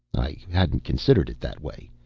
i hadn't considered it that way.